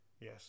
yes